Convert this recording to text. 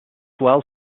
swell